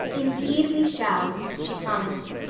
indeed we shall, she promised.